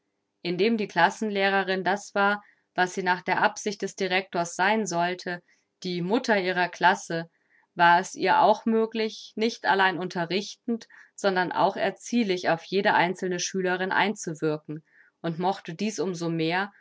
indem die klassenlehrerin das war was sie nach der absicht des director's sein sollte die mutter ihrer klasse war es ihr auch möglich nicht allein unterrichtend sondern auch erziehlich auf jede einzelne schülerin einzuwirken und mochte dies um so mehr